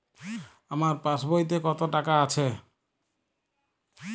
আমার পাসবইতে কত টাকা আছে?